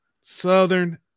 Southern